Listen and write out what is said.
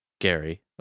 Gary